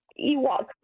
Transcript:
Ewok